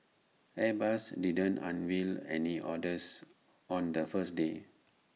airbus didn't unveil any orders on the first day